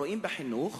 רואים בחינוך